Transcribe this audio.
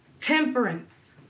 temperance